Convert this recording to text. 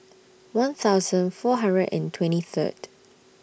one thousand four hundred and twenty Third